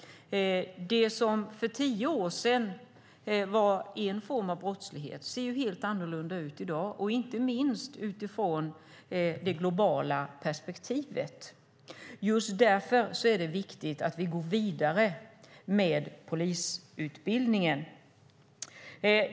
Det som för tio år sedan var en form av brottslighet ser helt annorlunda ut i dag, inte minst utifrån det globala perspektivet. Just därför är det viktigt att vi går vidare med polisutbildningen.